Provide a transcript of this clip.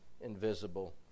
invisible